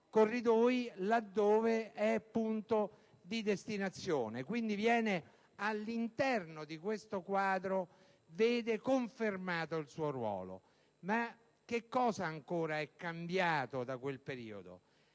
usufruire là dove è punto di destinazione. Quindi Malpensa, all'interno di questo quadro, vede confermato il suo ruolo. Ma che cosa ancora è cambiato da quel periodo?